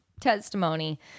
testimony